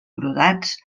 brodats